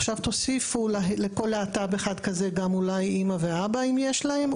עכשיו תוסיפו לכל להט"ב אחד כזה גם אולי אמא ואבא אם יש להם,